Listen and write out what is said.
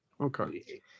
Okay